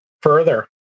further